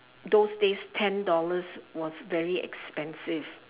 those days ten dollars was very expensive